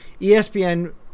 ESPN